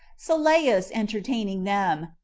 sylleus entertaining them,